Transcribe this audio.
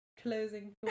Closing